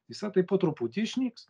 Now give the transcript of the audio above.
visa tai po truputį išnyks